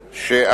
היושב-ראש?